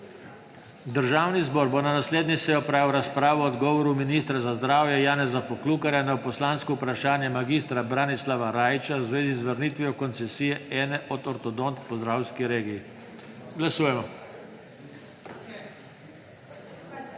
Državni zbor bo na naslednji seji opravil razpravo o odgovoru ministra za zdravje Janeza Poklukarja na poslansko vprašanje mag. Branislava Rajića v zvezi z vrnitvijo koncesije ene od ortodontk v podravski regiji. Glasujemo.